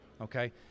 okay